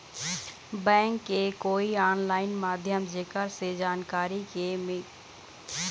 Bank के कोई online माध्यम जेकर से जानकारी के के हमन निवेस कर सकही?